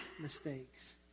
mistakes